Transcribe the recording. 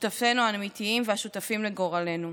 שותפינו האמיתיים והשותפים לגורלנו".